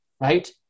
Right